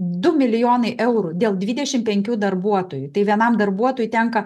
du milijonai eurų dėl dvidešim penkių darbuotojų tai vienam darbuotojui tenka